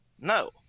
No